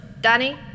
Danny